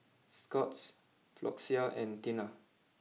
Scott's Floxia and Tena